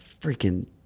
freaking